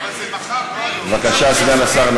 אבל זה מחר, לא היום.